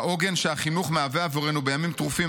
העוגן שהחינוך מהווה עבורנו בימים טרופים